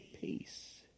Peace